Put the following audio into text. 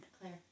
Claire